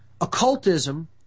Occultism